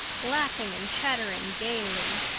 laughing and chattering gaily.